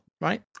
right